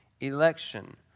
election